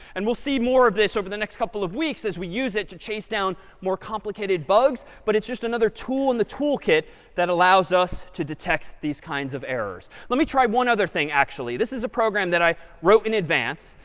and we'll see more of this over the next couple of weeks as we use it to chase down more complicated bugs. but it's just another tool in the toolkit that allows us to detect these kinds of errors. let me try one other thing actually. this is a program that i wrote in advance.